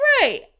Right